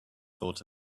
thought